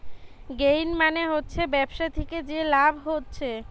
gain মানে হচ্ছে ব্যবসা থিকে যে লাভ হচ্ছে